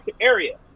area